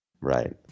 Right